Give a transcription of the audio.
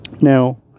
Now